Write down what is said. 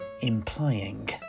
implying